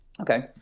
Okay